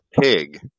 pig